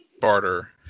barter